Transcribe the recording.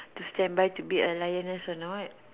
to stand by to be a lioness or not